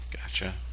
Gotcha